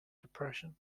depression